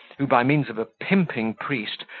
who, by means of a pimping priest,